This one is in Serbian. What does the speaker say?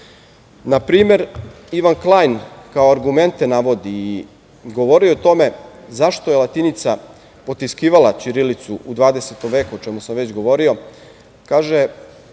primer, Ivan Klajn kao argumente navodi i govorio je o tome zašto je latinica potiskivala ćirilicu u 20. veku, o čemu sam već govorio. Kaže